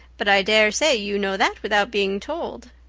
but i dare say you know that without being told.